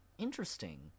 interesting